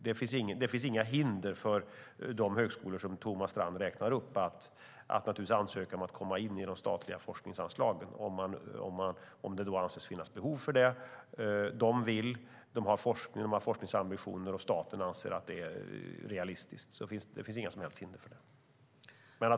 Det finns dock inga hinder för de högskolor som Thomas Strand räknar upp att ansöka om att komma in i de statliga forskningsanslagen om det anses finnas behov av det, alltså om de har forskningsambitioner och staten anser att det är realistiskt. Det finns inga som helst hinder för det.